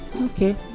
okay